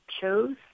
chose